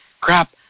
crap